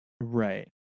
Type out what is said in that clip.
Right